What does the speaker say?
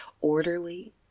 orderly